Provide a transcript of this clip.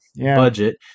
budget